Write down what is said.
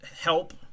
help